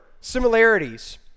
similarities